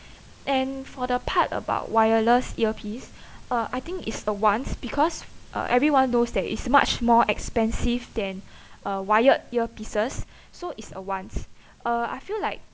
and for the part about wireless earpiece uh I think it's a want because uh everyone knows that it's much more expensive than uh wired earpieces so it's a want uh I feel like